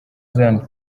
zion